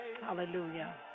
Hallelujah